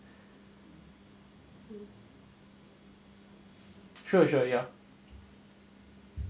sure sure ya